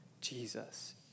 Jesus